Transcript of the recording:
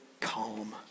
calm